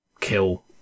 kill